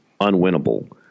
unwinnable